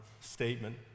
statement